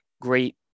great